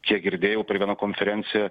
čia girdėjau per vieną konferenciją